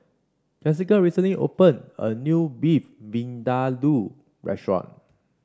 Jesica recently opened a new Beef Vindaloo restaurant